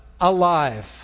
alive